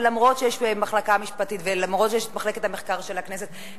ואף-על-פי שיש מחלקה משפטית ואף-על-פי שיש מחלקת המחקר של הכנסת,